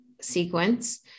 sequence